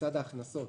בצד ההכנסות